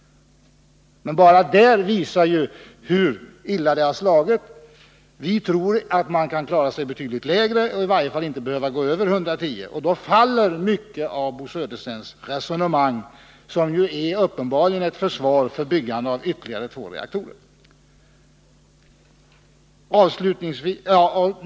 Men bara detta visar ju hurilla prognosen har slagit in. Vi tror att man kan räkna med en betydligt lägre siffra, i varje fall inte över 110, och då faller mycket av Bo Söderstens resonemang, som uppenbarligen är ett försvar för byggandet av ytterligare två reaktorer.